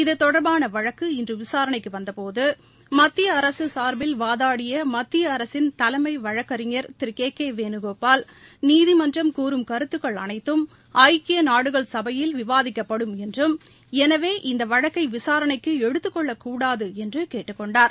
இத்தொடர்பாள வழக்கு இன்று விசாரணைக்கு வந்தபோது மத்திய அரசு சாாபில் வாதாடிய மத்திய அரசின் தலைமை வழக்கறிஞர் திரு கே கே வேணுகோபால் நீதிமன்றம் கூறும் கருத்துக்கள் அனைத்தும் ஐக்கிய நாடுகள் சபையில் விவாதிக்கப்படும் என்றும் எனவே இந்த வழக்கை விசாரணைக்கு எடுத்துக் கொள்ளக்கூடாது என்று கேட்டுக் கொண்டார்